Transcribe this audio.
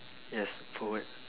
yes forward